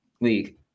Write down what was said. league